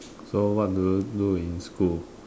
so what do you do in school